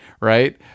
right